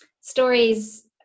Stories